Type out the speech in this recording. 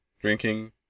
Drinking